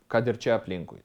kad ir čia aplinkui